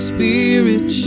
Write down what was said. Spirit